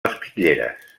espitlleres